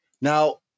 Now